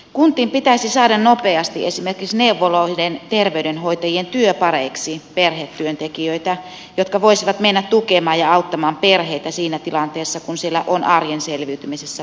kuntiin pitäisi saada nopeasti esimerkiksi neuvoloiden terveydenhoitajien työpareiksi perhetyöntekijöitä jotka voisivat mennä tukemaan ja auttamaan perheitä siinä tilanteessa kun siellä on arjen selviytymisessä vaikeuksia